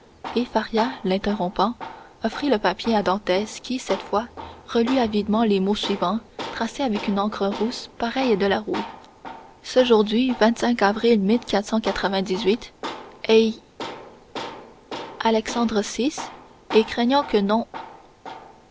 faria interrompant offrit le papier à dantès qui cette fois relut avidement les mots suivants tracés avec une encre rousse pareille à la houille aujourd'hui avril eh alexandre vi et craignant que non